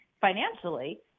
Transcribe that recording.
financially